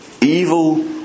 evil